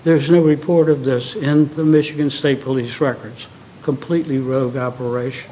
there's no report of this and the michigan state police records completely rogue operation